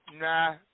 nah